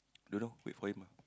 don't know wait for him ah